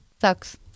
sucks